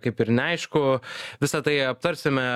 kaip ir neaišku visa tai aptarsime